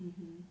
mmhmm